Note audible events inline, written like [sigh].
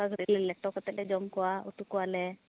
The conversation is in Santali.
[unintelligible] ᱞᱮᱴᱚ ᱠᱟᱛᱮᱫ ᱞᱮ ᱡᱚᱢ ᱠᱚᱣᱟ ᱩᱛᱩ ᱠᱚᱣᱟᱞᱮ